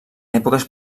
èpoques